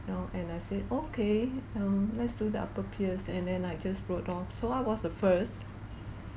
you know and I said okay um let's do the upper pierce and then I just rode off so I was the first